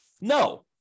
no